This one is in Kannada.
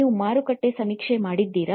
ನೀವು ಮಾರುಕಟ್ಟೆ ಸಮೀಕ್ಷೆ ಮಾಡಿದ್ದೀರಾ